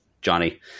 Johnny